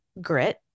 grit